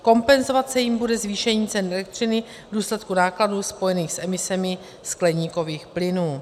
Kompenzovat se jimi bude zvýšení cen elektřiny v důsledku nákladů spojených s emisemi skleníkových plynů.